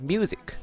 Music 。